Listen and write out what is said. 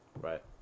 Right